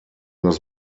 das